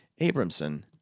Abramson